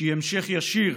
שהיא המשך ישיר